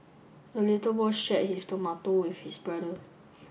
the little boy shared his tomato with his brother